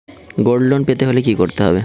Gold loan পেতে হলে কি করতে হবে?